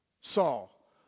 Saul